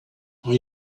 are